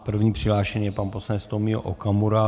První přihlášený je pan poslanec Tomio Okamura.